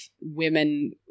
women